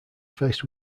faced